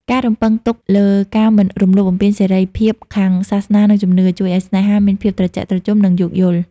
ការរំពឹងទុកលើ "ការមិនរំលោភបំពានសេរីភាពខាងសាសនា និងជំនឿ" ជួយឱ្យស្នេហាមានភាពត្រជាក់ត្រជុំ និងយោគយល់។